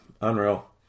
unreal